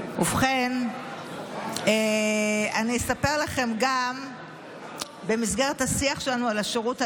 ובכן, במסגרת השיח שלנו על השירות הלאומי-אזרחי,